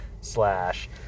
slash